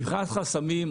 מבחינת חסמים,